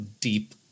deep